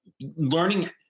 Learning